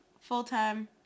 full-time